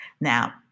Now